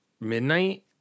midnight